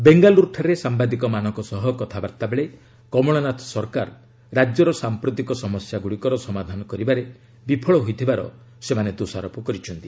ବେଙ୍ଗାଲୁରୁଠାରେ ସାମ୍ବାଦିକମାନଙ୍କ ସହ କଥାବାର୍ତ୍ତା ବେଳେ କମଳନାଥ ସରକାର ରାଜ୍ୟର ସାମ୍ପ୍ରତିକ ସମସ୍ୟା ଗ୍ରଡ଼ିକର ସମାଧାନ କରିବାରେ ବିଫଳ ହୋଇଥିବାର ସେମାନେ ଦୋଷାରୋପ କରିଛନ୍ତି